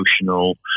emotional